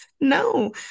no